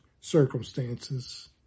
circumstances